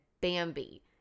Bambi